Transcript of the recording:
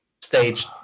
stage